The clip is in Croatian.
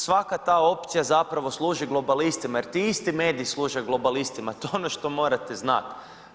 Svaka ta opcija zapravo služi globalistima jer ti isti mediji služe globalistima, to je ono što morate znati.